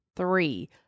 three